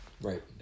right